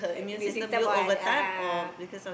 you been seeing stuff what a'ah a'ah